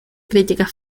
críticas